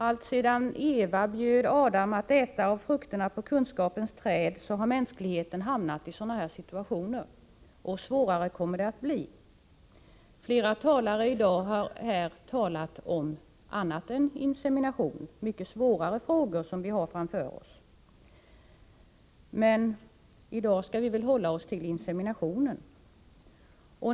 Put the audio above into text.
Alltsedan Eva bjöd Adam att äta av frukterna på kunskapens träd har mänskligheten hamnat i sådana här situationer — och svårare kommer det att bli. Flera ledamöter har i dag talat om annat än insemination, om mycket svårare frågor, som vi har framför oss. Men i dag skall vi väl hålla oss till frågan om insemination.